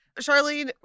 Charlene